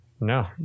No